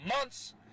months